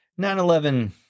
9-11